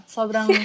Sobrang